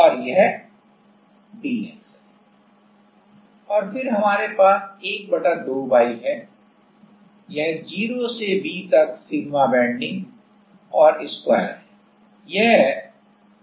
और फिर हमारे पास 1 2 y है यह 0 से V तक सिग्मा बेंडिंग और स्क्वायर है